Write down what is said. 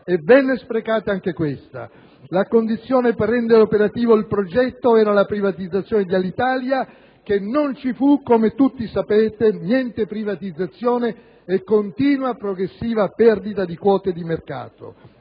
e venne sprecata anche questa. La condizione per rendere operativo il progetto era la privatizzazione di Alitalia, che non avvenne, come tutti sapete; niente privatizzazione, continua e progressiva perdita di quote di mercato